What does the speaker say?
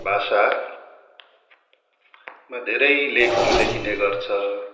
भाषामा धेरै लेखहरू लेखिने गर्छ